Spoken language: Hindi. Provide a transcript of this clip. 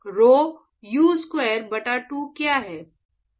rho u स्क्वायर बटा 2 क्या है